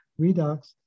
redox